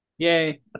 Yay